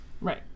Right